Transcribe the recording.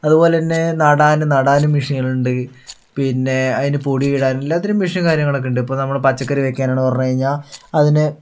അതുപോലെതന്നേ നടാന് നടാനും മെഷീനുണ്ട് പിന്നേ അതിന് പൊടിയിടാൻ എല്ലാത്തിനും മെഷീൻ കാര്യങ്ങളൊക്കേ ഉണ്ട് ഇപ്പോൾ നമ്മള് പച്ചക്കറി വെക്കാനെന്ന് പറഞ്ഞ് കഴിഞ്ഞാൽ അതിന്